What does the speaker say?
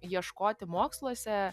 ieškoti moksluose